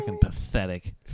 pathetic